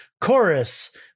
chorus